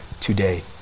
today